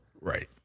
Right